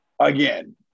again